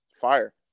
fire